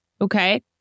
Okay